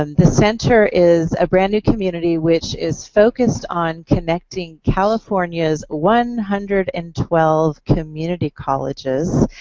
um the center is a brand new community which is focused on connecting california's one hundred and twelve community colleges